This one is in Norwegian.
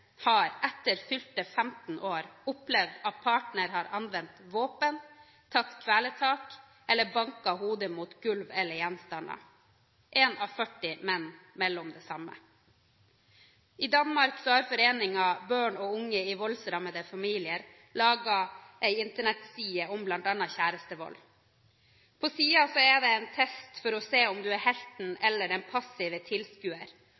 har opplevd at partner har anvendt våpen, tatt kveletak eller banket hodet mot gulv eller gjenstander. Én av 40 menn melder om det samme. I Danmark har foreningen «Børn og Unge i Voldsramte Familier» laget en internettside om bl.a. kjærestevold. På siden er det en test for å se om du er helten